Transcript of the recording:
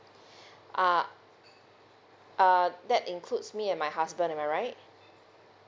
uh uh that includes me and my husband am I right